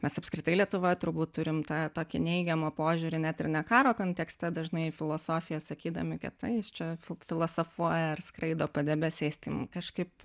mes apskritai lietuva turbūt turime tą tokį neigiamą požiūrį net ir ne karo kontekste dažnai filosofiją sakydami kad čia filosofuoja ar skraido padebesiais tai kažkaip